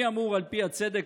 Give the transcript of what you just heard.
מי אמור על פי הצדק,